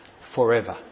forever